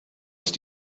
ist